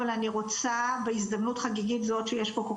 אבל אני רוצה בהזדמנות חגיגית זאת שיש פה כל